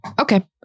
Okay